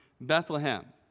Bethlehem